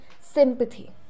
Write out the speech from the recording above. sympathy